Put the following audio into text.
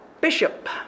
bishop